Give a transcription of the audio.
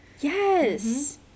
Yes